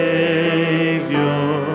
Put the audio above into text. Savior